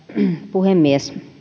puhemies